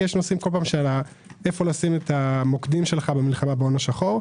נושאים איפה לשים את המוקדים שלך במלחמה בהון השחור.